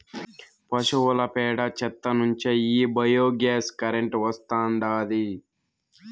పశువుల పేడ చెత్త నుంచే ఈ బయోగ్యాస్ కరెంటు వస్తాండాది